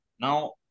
Now